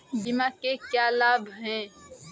बीमा के क्या लाभ हैं?